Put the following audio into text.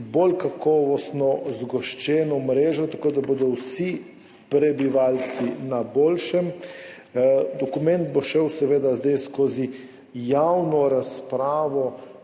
bolj kakovostno zgoščeno mrežo, tako da bodo vsi prebivalci na boljšem. Dokument bo šel seveda zdaj skozi javno razpravo